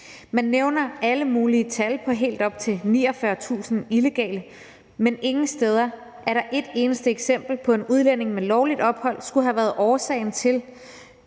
Man nævner alle mulige tal, f.eks. helt op til 49.000 illegale, men ingen steder er der et eneste eksempel på, at en udlænding med lovligt ophold skulle have været årsagen til,